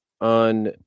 on